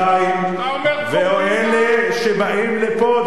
אלה שבאים לפה,